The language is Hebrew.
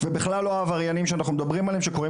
ובכלל לא העבריינים שאנחנו מדברים עליהם שקוראים